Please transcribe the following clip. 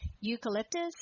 Eucalyptus